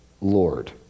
Lord